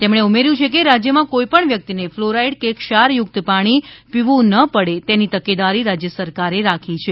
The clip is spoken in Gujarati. તેમણે ઉમેર્યું છે કે રાજ્યમાં કોઇપણ વ્યકિતને ફ્લોરાઇડ કે ક્ષાર યુક્ત પાણી પીવું ના પડે તેની તકેદારી રાજ્ય સરકારે રાખી છે